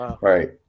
right